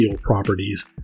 properties